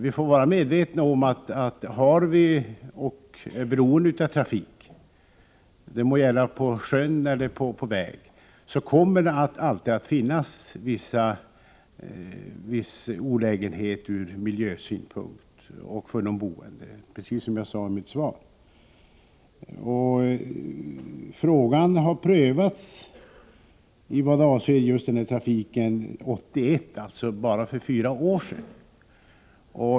Om vi har trafik och är beroende av denna — det må gälla på vatten eller på väg — får vi vara medvetna om att det alltid kommer att finnas vissa olägenheter ur miljösynpunkt och för de boende, precis som jag sade i mitt svar. Frågan om fartgränserna för färjorna prövades i samband med ett regeringsbeslut om just denna trafik 1981, alltså för bara fyra år sedan.